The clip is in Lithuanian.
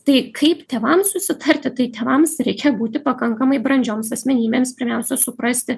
tai kaip tėvams susitarti tai tėvams reikia būti pakankamai brandžioms asmenybėms pirmiausia suprasti